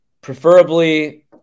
Preferably